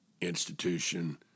institution